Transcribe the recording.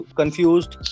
confused